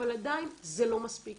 אבל עדיין זה לא מספיק